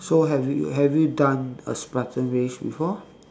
so have you have you done a spartan race before